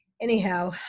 anyhow